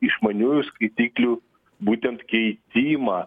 išmaniųjų skaitiklių būtent keitimą